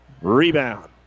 rebound